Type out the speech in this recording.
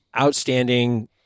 Outstanding